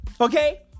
Okay